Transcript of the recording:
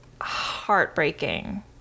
heartbreaking